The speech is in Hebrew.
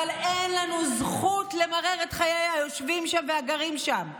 אבל אין לנו זכות למרר את חיי היושבים שם והגרים שם.